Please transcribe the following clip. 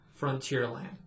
Frontierland